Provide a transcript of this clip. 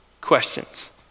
questions